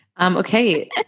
okay